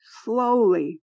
Slowly